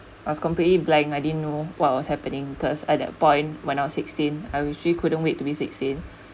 I was completely blank I didn't know what was happening because at that point when I was sixteen I usually couldn't wait to be sixteen